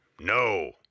No